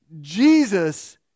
Jesus